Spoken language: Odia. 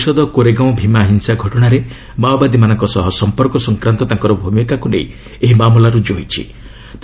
ଏଲ୍ଗାର ପରିଷଦ କୋରେଗାଓଁ ଭୀମା ହିଂସା ଘଟଣାରେ ମାଓବାଦୀମାନଙ୍କ ସହ ସମ୍ପର୍କ ସଂକ୍ରାନ୍ତ ତାଙ୍କର ଭୂମିକାକୁ ନେଇ ଏହି ମାମଲା ରୁଜୁ ହୋଇଛି